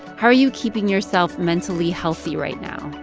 how are you keeping yourself mentally healthy right now?